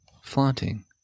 flaunting